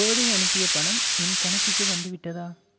கோதை அனுப்பிய பணம் என் கணக்குக்கு வந்துவிட்டதா